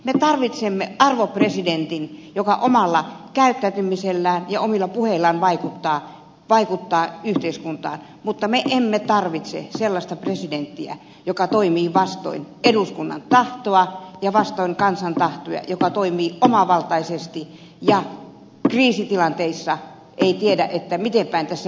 me tarvitsemme arvopresidentin joka omalla käyttäytymisellään ja omilla puheillaan vaikuttaa yhteiskuntaan mutta me emme tarvitse sellaista presidenttiä joka toimii vastoin eduskunnan tahtoa ja vastoin kansan tahtoa joka toimii omavaltaisesti ja joka kriisitilanteissa ei tiedä miten päin tässä mennään